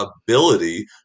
ability